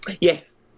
Yes